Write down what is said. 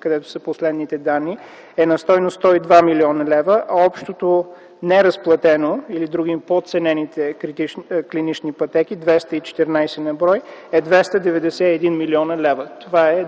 където са последните данни – е на стойност 102 млн. лв., а общото неразплатено или други, подценените клинични пътеки – 214 на брой, е 291 млн. лв. Това е